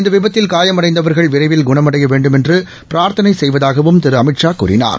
இந்தவிபத்தில் காயமடைந்தவர்கள் விரைவில் குணமடையவேண்டுமென்றுபிரா்த்தனைசெய்வதாகவும் திருஅமித்ஷா கூறினார்